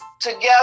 Together